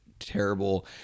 terrible